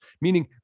meaning